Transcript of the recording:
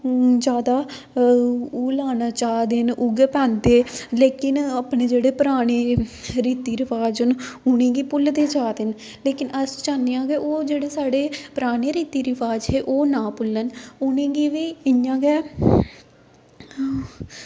जादा ओह् लाना उऐ चाह् दे उऐ पांदे लेकिन अपने जेह्ड़े पराने रीति रिवाज़ न उ'नेंगी भुलदे जा दे न लेकिन अस चाह्न्ने आं कि ओह् साढ़े पराने रीति रिवाज़ हे ओह् ना भुल्लन उ'नेंगी बी इ'यां गै